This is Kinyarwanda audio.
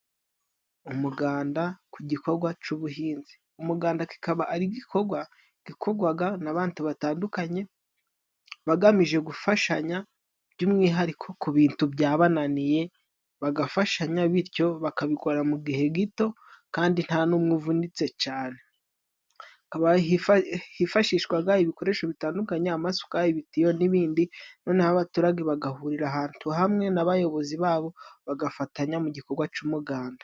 Umuganda ku gikogwa c'ubuhinzi. Umuganda kikaba ari igikogwa gikogwaga n'abantu batandukanye bagamije gufashanya by'umwihariko ku bintu byabananiye, bagafashanya bityo bakabikora mu gihe gito kandi nta n'umwe uvunitse cane. Hifashishwaga ibikoresho bitandukanye: amasuka, ibitiyo n'ibindi, noneho abaturage bagahurira ahantu hamwe n'abayobozi babo bagafatanya mu gikogwa c'umuganda.